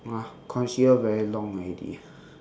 !wah! considered very long already